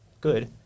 good